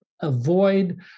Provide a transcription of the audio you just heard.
avoid